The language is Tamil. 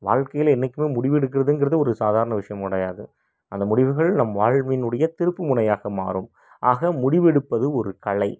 வாழ்க்கையில் என்றைக்குமே முடிவெடுக்கிறதுங்கிறது ஒரு சாதாரண விஷயம் கிடையாது அந்த முடிவுகள் நம் வாழ்வினுடைய திருப்பு முனையாக மாறும் ஆக முடிவெடுப்பது ஒரு கலை